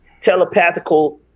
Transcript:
telepathical